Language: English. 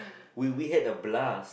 we we had a blast